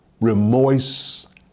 remorse